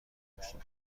داشتیم